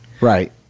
Right